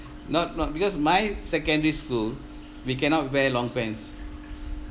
not not because my secondary school we cannot wear long pants